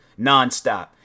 nonstop